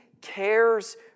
cares